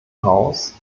haus